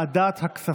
(הרחבת מקורות המימון לתאגידים חוץ-בנקאיים העוסקים במתן אשראי),